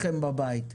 לחם בבית.